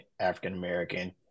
African-American